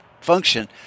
function